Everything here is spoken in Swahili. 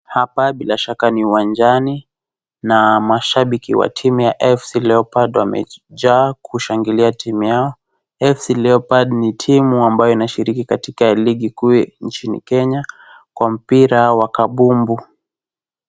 Hapa bila shaka ni uwanjani na mashabiki wa timu ya AFC Leopard wamejaa kushangilia timu yao. AFC Leopard ni timu ambayo inashiriki katika ligi kuu nchini Kenya, kwa mpira wa kabumbu.